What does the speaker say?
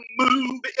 move